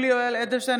(קוראת בשמות חברי הכנסת) יולי יואל אדלשטיין,